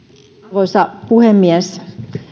arvoisa puhemies